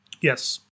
Yes